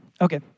Okay